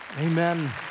Amen